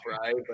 right